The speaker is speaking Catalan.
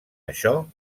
això